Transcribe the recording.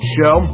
Show